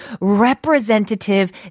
representative